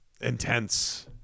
intense